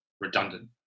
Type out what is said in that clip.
redundant